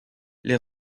les